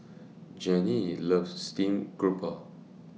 Jeanie loves Steamed Garoupa